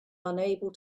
unable